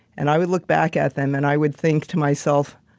and i would look back at them and i would think to myself,